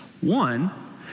One